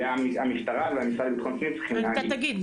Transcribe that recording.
המשטרה והמשרד לביטחון פנים צריכים להגיד.